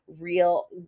real